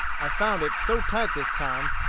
i found it so tight this time,